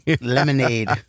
lemonade